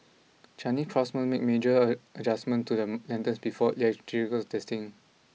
Chinese craftsmen make major a adjustments to the lanterns before electrical testing